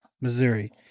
Missouri